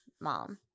mom